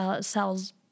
cells